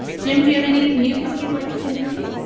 jim do you have any mucus you'd like to contribute